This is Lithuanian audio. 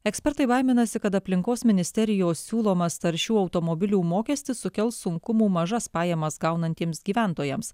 ekspertai baiminasi kad aplinkos ministerijos siūlomas taršių automobilių mokestis sukels sunkumų mažas pajamas gaunantiems gyventojams